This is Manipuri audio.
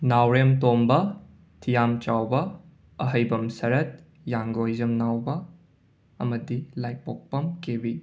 ꯅꯥꯎꯔꯦꯝ ꯇꯣꯝꯕ ꯊꯤꯌꯥꯝ ꯆꯥꯎꯕ ꯑꯍꯩꯕꯝ ꯁꯔꯠ ꯌꯥꯡꯒꯣꯏꯖꯝ ꯅꯥꯎꯕ ꯑꯃꯗꯤ ꯂꯥꯏꯄꯣꯛꯄꯝ ꯀꯦꯕꯤ